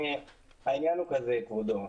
העניין הוא כזה, כבודו.